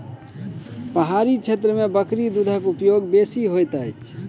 पहाड़ी क्षेत्र में बकरी दूधक उपयोग बेसी होइत अछि